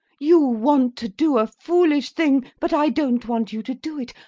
you want to do a foolish thing, but i don't want you to do it.